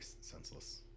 senseless